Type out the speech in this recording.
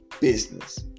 business